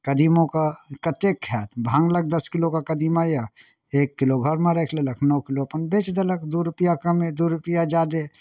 कदीमोके कतेक खायत भाङ्गलक दस किलोके कदीमा यए एक किलो घरमे राखि लेलक नओ किलो अपन बेचि देलक दू रुपैआ कमे दू रुपैआ ज्यादे